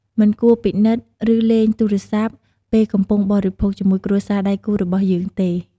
មិនគួរពិនិត្យឬលេងទូរស័ព្ទពេលកំពុងបរិភោគជាមួយគ្រួសារដៃគូររបស់យើងទេ។